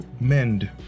mend